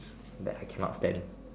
that I cannot stand